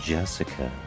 Jessica